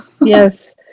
Yes